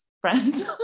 friends